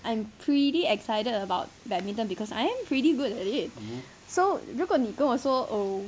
I am pretty excited about badminton because I'm pretty good at it so 如果你跟我说 oh